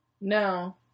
No